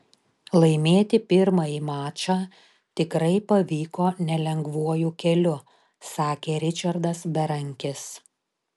laimėti pirmąjį mačą tikrai pavyko nelengvuoju keliu sakė ričardas berankis